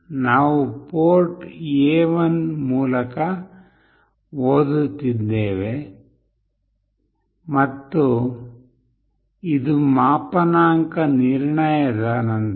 ನಾವು port A1 ಮೂಲಕ ಓದುತ್ತಿದ್ದೇವೆ ಮತ್ತು ಇದು ಮಾಪನಾಂಕ ನಿರ್ಣಯದ ನಂತರ